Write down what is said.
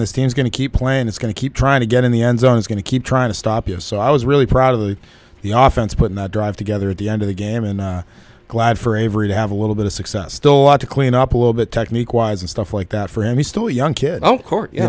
team's going to keep playing it's going to keep trying to get in the end zone is going to keep trying to stop us so i was really proud of the the office but not drive together at the end of the game and glad for avery to have a little bit of success still a lot to clean up a little bit technique wise and stuff like that for him he's still a young kid on court you